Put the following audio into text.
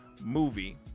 movie